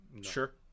Sure